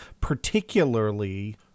particularly